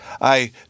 I